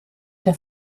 der